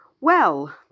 Well